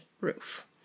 roof